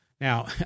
Now